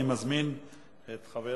אני מזמין את חבר